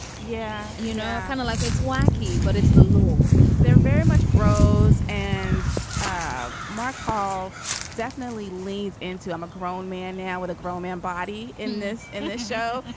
yeah. you know, kind of like it's wacky, but it's the law they're very much brose. and ah mark paul definitely leans into i'm a grown man now with a grown man body in this in this show,